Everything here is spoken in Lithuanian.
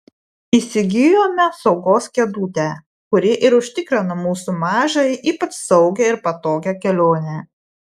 įsigijome saugos kėdutę kuri ir užtikrina mūsų mažajai ypač saugią ir patogią kelionę